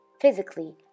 physically